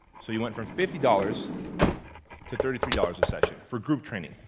so you went from fifty dollars to thirty three dollars a session for group training.